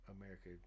America